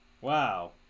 Wow